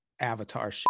Avatar